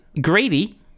Greedy